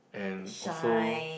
and also